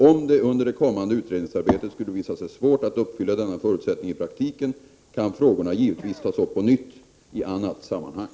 Om det under det kommande utredningsarbetet skulle visa sig svårt att uppfylla denna förutsättning i praktiken, kan frågorna givetvis tas upp på nytt i annat sammanhang.